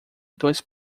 dois